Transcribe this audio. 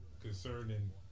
concerning